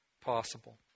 possible